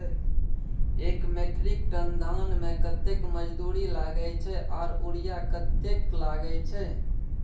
एक metric ton धान में कतेक मजदूरी लागे छै आर यूरिया कतेक लागे छै?